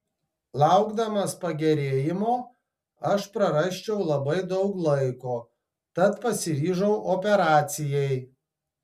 laukdamas pagerėjimo aš prarasčiau labai daug laiko tad pasiryžau operacijai